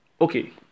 okay